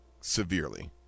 severely